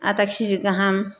आदा केजि गाहाम